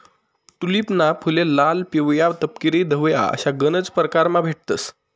टूलिपना फुले लाल, पिवया, तपकिरी, धवया अशा गनज परकारमा भेटतंस